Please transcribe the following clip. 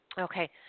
Okay